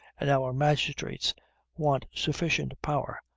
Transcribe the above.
and our magistrates want sufficient power,